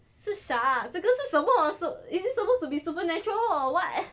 是谁这个是什么 so is it supposed to be supernatural or what ah